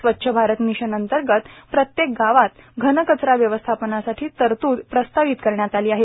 स्वच्छ भारत मिशन अंतर्गत प्रत्येक गावात घन कचरा व्यवस्थापनासाठी तरतृद प्रस्तावित करण्यात आली आहे